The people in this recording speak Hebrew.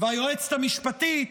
והיועצת המשפטית,